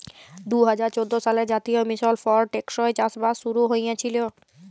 দু হাজার চোদ্দ সালে জাতীয় মিশল ফর টেকসই চাষবাস শুরু হঁইয়েছিল